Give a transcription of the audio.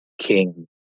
King